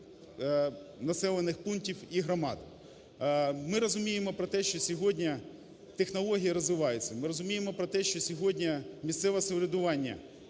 населених пунктів і громад. Ми розуміємо про те, що сьогодні технології розвиваються, ми розуміємо про те, що сьогодні місцеве самоврядування